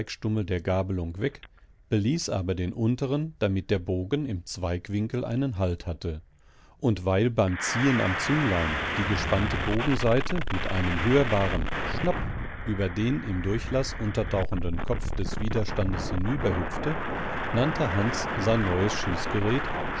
der gabelung weg beließ aber den unteren damit der bogen im zweigwinkel einen halt hatte und weil beim ziehen am zünglein die gespannte bogensaite mit einem hörbaren schnapp über den im durchlaß untertauchenden kopf des widerstandes hinüberhüpfte nannte hans sein neues